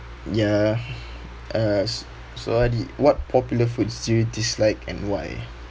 ya uh so hadi what popular foods you dislike and why